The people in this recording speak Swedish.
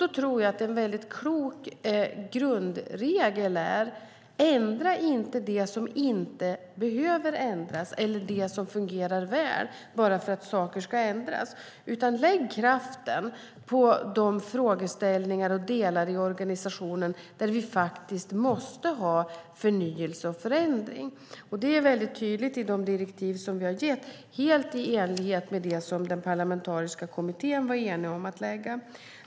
En klok grundregel tror jag därför är att inte ändra sådant som inte behöver ändras, sådant som fungerar väl, bara för ändringens skull, utan kraften ska läggas på de frågeställningar och delar i organisationen där vi måste ha förnyelse och förändring. Detta framgår tydligt i de direktiv som vi gett och är helt i enlighet med det som den parlamentariska kommittén föreslagit.